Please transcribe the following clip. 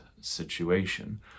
situation